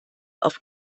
auf